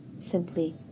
Simply